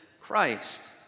Christ